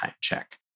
check